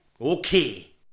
Okay